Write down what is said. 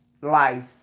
life